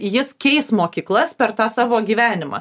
jis keis mokyklas per tą savo gyvenimą